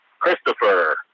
Christopher